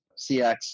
CX